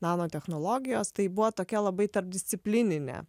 nanotechnologijos tai buvo tokia labai tarpdisciplininė